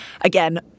Again